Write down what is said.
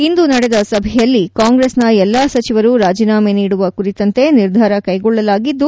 ಇಂದು ನಡೆದ ಸಭೆಯಲ್ಲಿ ಕಾಂಗ್ರೆಸ್ನ ಎಲ್ಲಾ ಸಚಿವರು ರಾಜಿನಾಮೆ ನೀಡುವ ಕುರಿತಂತೆ ನಿರ್ಧಾರ ಕೈಗೊಳ್ಳಲಾಗಿದ್ದು